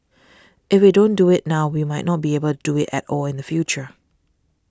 if we don't do it now we might not be able do it at all in the future